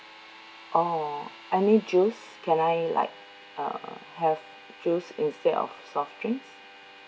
oh any juice can I like uh have juice instead of soft drinks